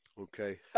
Okay